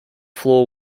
floor